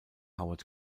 howard